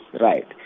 right